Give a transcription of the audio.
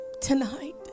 tonight